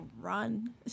run